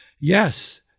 Yes